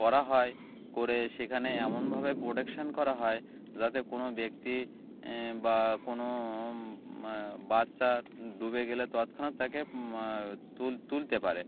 করা হয় করে সেখানে এমনভাবে প্রোটেকশান করা হয় যাতে কোনো ব্যক্তি বা কোনো বাচ্চা ডুবে গেলে তৎক্ষণাৎ তাকে তুল তুলতে পারে